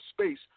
space